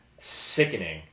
Sickening